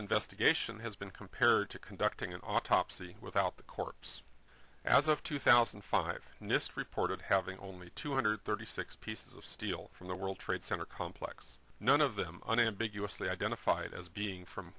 investigation has been compared to conducting an autopsy without the corpse as of two thousand and five nist reported having only two hundred thirty six pieces of steel from the world trade center complex none of them unambiguously identified as being from